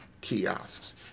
kiosks